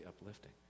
uplifting